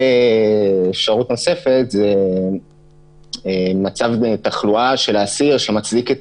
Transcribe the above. אפשרות נוספת זה מצב תחלואה של האסיר שמצדיק את